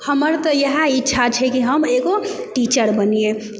हमर तऽ इएह इच्छा छै कि हम एगो टीचर बनियै